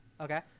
Okay